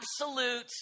absolute